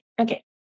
okay